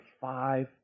five